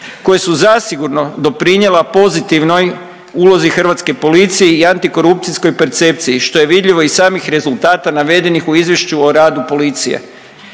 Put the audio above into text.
koje su zasigurno doprinijela pozitivnoj ulozi hrvatske policije i antikorupcijskoj percepciji što je vidljivo iz samih rezultata navedenih u Izvješću o radu policije.